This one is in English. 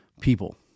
people